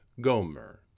Gomer